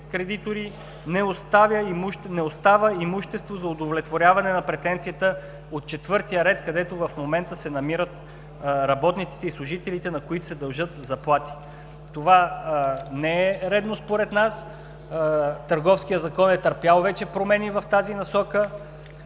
не остава имущество за удовлетворяване на претенцията от четвъртия ред, където в момента се намират работниците и служителите, на които се дължат заплати. Според нас това не е редно. Търговският закон е търпял вече промени в тази насока.